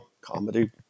comedy